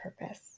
purpose